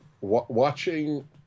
Watching